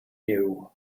you